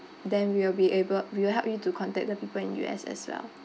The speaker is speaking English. then we'll be able we will help you to contact the people in U_S as well